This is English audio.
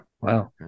Wow